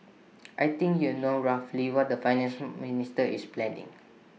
I think you know roughly what the finance minister is planning